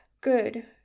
good